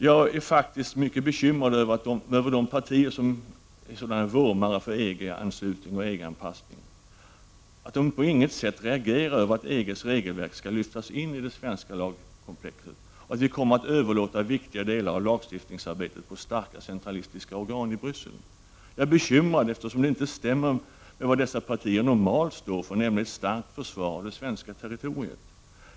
Jag är faktiskt mycket bekymrad över att de partier som är sådana vurmare för en EG-anslutning eller en EG-anpassning på inget sätt reagerar över att EG:s regelverk skall lyftas in i det svenska lagkomplexet och att vi kommer att överlåta viktiga delar av lagstiftningsarbetet på starka centralistiska organ i Bryssel. Jag är bekymrad, eftersom det inte stämmer med vad dessa partier normalt står för, nämligen ett starkt försvar för det svenska territoriet.